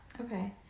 Okay